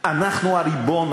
אנחנו הריבון.